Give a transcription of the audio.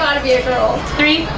be a girl. three,